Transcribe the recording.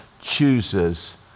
chooses